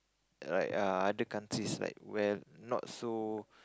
there're like ya other countries like where not so